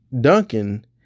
Duncan